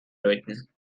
läuten